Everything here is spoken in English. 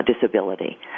disability